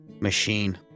machine